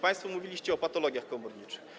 Państwo mówiliście o patologiach komorniczych.